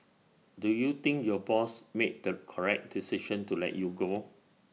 do you think your boss made the correct decision to let you go